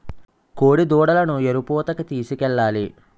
కోడిదూడలను ఎరుపూతకి తీసుకెళ్లాలి